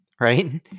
right